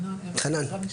חנן, בבקשה.